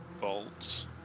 bolts